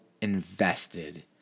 invested